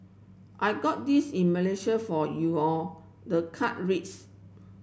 I got this in Malaysia for you all the card reads